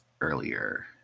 earlier